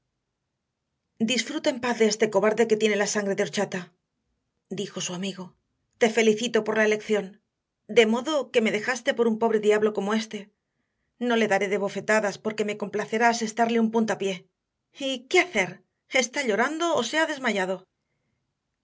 disfruta en paz de este cobarde que tiene la sangre de horchata dijo su amigo te felicito por la elección de modo que me dejaste por un pobre diablo como éste no le daré de bofetadas pero me complacerá asestarle un puntapié y qué hacer está llorando o se ha desmayado